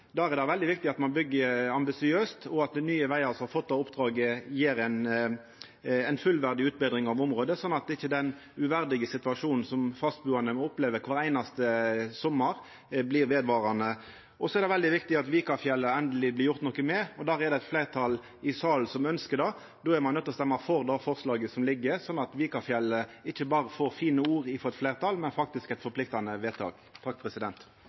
Der er det veldig viktig at ein byggjer ambisiøst, og at Nye Vegar, som har fått oppdraget, gjer ei fullverdig utbetring av området, sånn at ikkje den uverdige situasjonen som fastbuande opplever kvar einaste sommar, blir vedvarande. Så er det veldig viktig at Vikafjellet endeleg blir gjort noko med. Det er eit fleirtal i salen som ønskjer det, og då er ein nøydd til å stemma for det forslaget som ligg føre, sånn at Vikafjellet ikkje berre får fine ord frå eit fleirtal, men faktisk eit forpliktande vedtak.